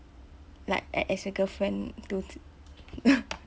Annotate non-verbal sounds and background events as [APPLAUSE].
like a~ as a girlfriend to zh~ [LAUGHS]